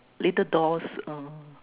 little dolls um